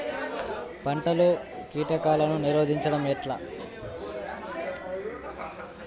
పంటలలో కీటకాలను నిరోధించడం ఎట్లా?